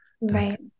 right